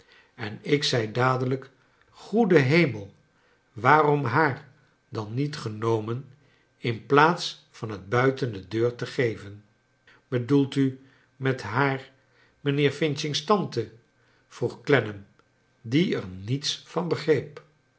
en ik zei dadelijk goede hemel waarom haar dan niet genomen in plaats van het buiten de deur te gevenl bedoelt u met haar mijnheer f's tante vroeg clennam die er niets van begreep